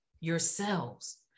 yourselves